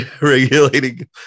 Regulating